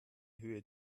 höhe